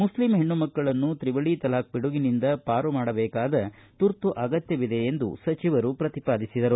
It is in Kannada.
ಮುಸ್ಲಿಂ ಹೆಣ್ಣು ಮಕ್ಕಳನ್ನು ತ್ರಿವಳಿ ತಲಾಖ್ ಪಿಡುಗಿನಿಂದ ಪಾರು ಮಾಡಬೇಕಾದ ತುರ್ತು ಅಗತ್ಯವಿದೆ ಎಂದು ಸಚಿವರು ಪ್ರತಿಪಾದಿಸಿದರು